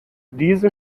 diese